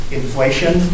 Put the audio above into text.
inflation